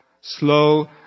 slow